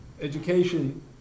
education